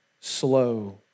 slow